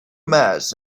mass